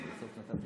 בסוף נתתי לו.